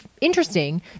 interesting